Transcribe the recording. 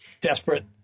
desperate